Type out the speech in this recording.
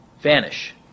vanish